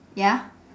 ya